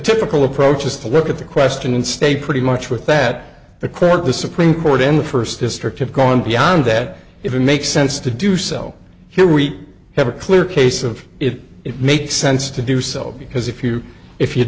typical approach is to look at the question and stay pretty much with that the court the supreme court in the first district have gone beyond that if it makes sense to do so here we have a clear case of if it makes sense to do so because if you if you